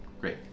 Great